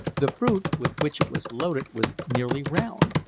the fruit, with which it was loaded, was nearly round,